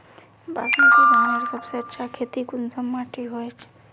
बासमती धानेर सबसे अच्छा खेती कुंसम माटी होचए?